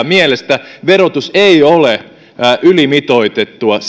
mielestä verotus ei ole ylimitoitettua